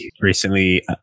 recently